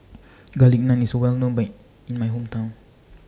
Garlic Naan IS Well known Ben in My Hometown